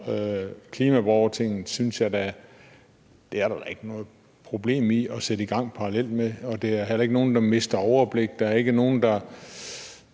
nogle erfaringer, synes jeg da ikke der er noget problem i at sætte i gang parallelt. Der er ikke nogen, der mister overblik, der er ikke nogen, der